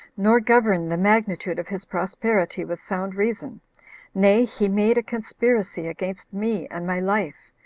nor govern the magnitude of his prosperity with sound reason nay, he made a conspiracy against me and my life,